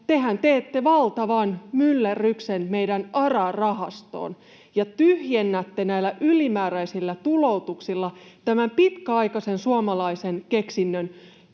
tehän teette valtavan myllerryksen meidän ARA-rahastoon ja tyhjennätte näillä ylimääräisillä tuloutuksilla tämän pitkäaikaisen suomalaisen keksinnön,